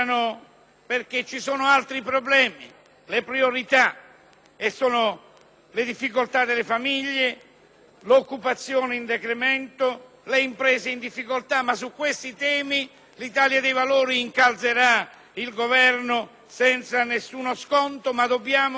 ossia le difficoltà delle famiglie, l'occupazione in decremento, le imprese in difficoltà. Su questi temi l'Italia dei Valori incalzerà il Governo senza nessuno sconto, ma dobbiamo lavorare - e le Camere devono farlo - su un piano interdipendente.